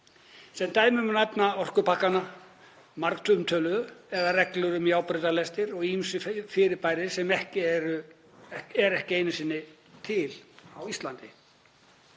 Sem dæmi má nefna orkupakkana margumtöluðu eða reglur um járnbrautarlestir og ýmis fyrirbæri sem eru ekki einu sinni til á Íslandi.